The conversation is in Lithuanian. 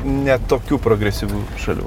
ne tokių progresyvių šalių